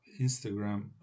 Instagram